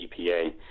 EPA